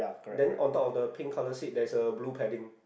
then on top of the pink colour seat there's a blue padding